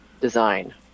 design